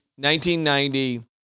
1990